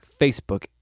Facebook